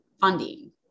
funding